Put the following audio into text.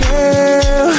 Girl